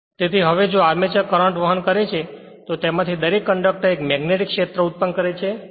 તેથી હવે જો આર્મચર કરંટ વહન કરે છે તો તેમાંથી દરેક કંડક્ટર એક મેગ્નેટીક ક્ષેત્ર ઉત્પન્ન કરે છે